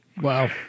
Wow